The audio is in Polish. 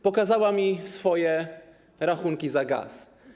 Pokazała mi swoje rachunki za gaz.